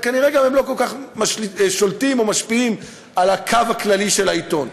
וכנראה הם גם לא כל כך שולטים או משפיעים על הקו הכללי של העיתון.